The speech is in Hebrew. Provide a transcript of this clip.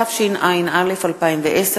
התשע"א 2010,